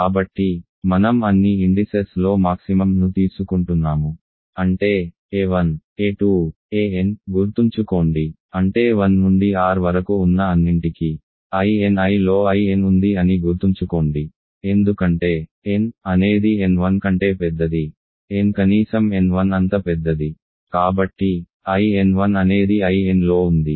కాబట్టి మనం అన్ని ఇండిసెస్ లో మాక్సిమం ను తీసుకుంటున్నాము అంటే a1 a2 an గుర్తుంచుకోండి అంటే 1 నుండి r వరకు ఉన్న అన్నింటికీ Ini లో In ఉంది అని గుర్తుంచుకోండి ఎందుకంటే n అనేది n1 కంటే పెద్దది n కనీసం n1 అంత పెద్దది కాబట్టి In1 అనేది Inలో ఉంది